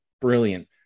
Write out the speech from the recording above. brilliant